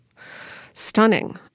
stunning